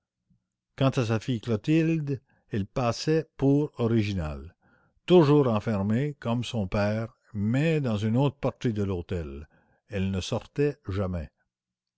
quant à sa fille clotilde elle passait pour originale toujours enfermée comme son père mais dans une autre partie de l'hôtel elle ne sortait jamais